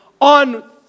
on